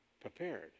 prepared